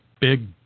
big